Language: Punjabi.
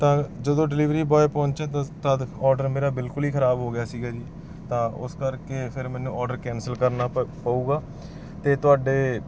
ਤਾਂ ਜਦੋਂ ਡਲਿਵਰੀ ਬੋਆਏ ਪਹੁੰਚਿਆ ਤਾ ਤਦ ਓਡਰ ਮੇਰਾ ਬਿਲਕੁਲ ਹੀ ਖ਼ਰਾਬ ਹੋ ਗਿਆ ਸੀਗਾ ਜੀ ਤਾਂ ਉਸ ਕਰਕੇ ਫਿਰ ਮੈਨੂੰ ਓਡਰ ਕੈਂਸਲ ਕਰਨਾ ਪ ਪਊਗਾ ਅਤੇ ਤੁਹਾਡੇ